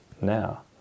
now